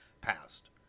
passed